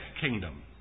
kingdom